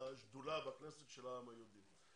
השדולה בכנסת של העם היהודי.